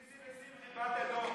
"שישי ושמחי בת אדום".